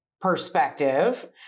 perspective